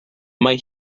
mae